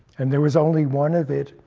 and there was only one of it,